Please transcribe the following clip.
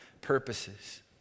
purposes